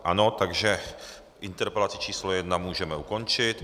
Ano, takže interpelaci číslo jedna můžeme ukončit.